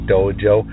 Dojo